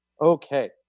Okay